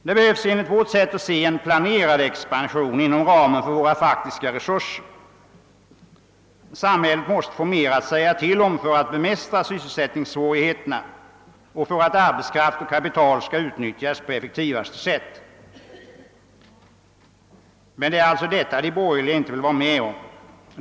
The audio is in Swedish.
Det behövs enligt vårt sätt att se en planerad expansion inom ramen för våra faktiska resurser. Samhället måste få mer att säga till om för att bemästra sysselsättningssvårigheterna och för att arbetskraft och kapital skall utnyttjas på effektivaste sätt. Men det vill de borgerliga alltså inte vara med om.